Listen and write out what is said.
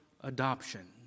adoption